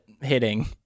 hitting